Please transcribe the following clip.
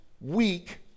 Weak